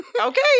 Okay